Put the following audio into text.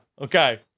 Okay